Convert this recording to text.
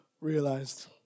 realized